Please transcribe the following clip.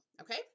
Okay